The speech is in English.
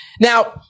Now